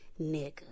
nigga